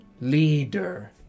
leader